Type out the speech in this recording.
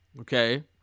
Okay